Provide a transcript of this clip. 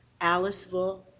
Aliceville